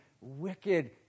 wicked